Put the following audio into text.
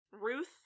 Ruth